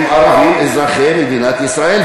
הם ערבים אזרחי מדינת ישראל,